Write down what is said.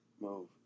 move